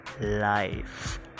life